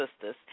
Sisters